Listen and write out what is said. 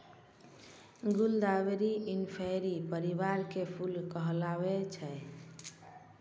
गुलदावरी इंफेरी परिवार के फूल कहलावै छै